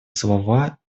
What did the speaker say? слова